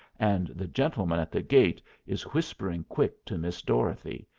and the gentleman at the gate is whispering quick to miss dorothy,